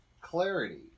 clarity